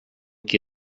qui